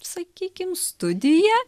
sakykim studiją